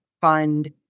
fund